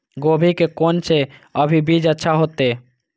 गोभी के कोन से अभी बीज अच्छा होते?